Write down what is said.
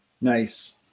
Nice